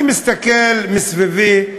אני מסתכל סביבי,